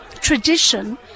tradition